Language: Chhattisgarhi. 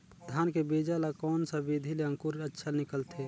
धान के बीजा ला कोन सा विधि ले अंकुर अच्छा निकलथे?